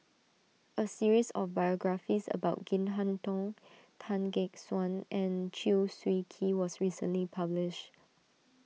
a series of biographies about Chin Harn Tong Tan Gek Suan and Chew Swee Kee was recently published